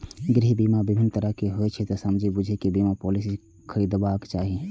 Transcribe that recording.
गृह बीमा विभिन्न तरहक होइ छै, तें समझि बूझि कें बीमा पॉलिसी खरीदबाक चाही